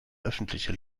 öffentliche